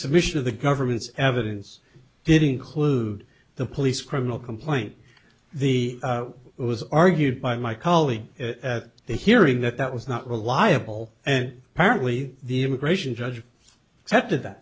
submission of the government's evidence didn't include the police criminal complaint the it was argued by my colleagues at the hearing that that was not reliable and apparently the immigration judge accepted that